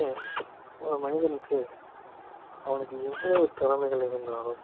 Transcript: ஏன் ஒரு மனிதனுக்கு அவனுக்கு எவ்வளோவு திறமைகள் இருந்தாலும்